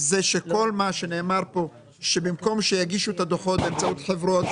שכל מה שנאמר כאן שבמקום שיגישו את הדוחות באמצעות חברות,